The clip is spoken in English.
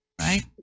right